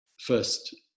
first